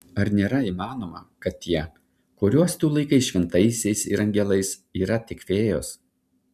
ar nėra įmanoma kad tie kuriuos tu laikai šventaisiais ir angelais yra tik fėjos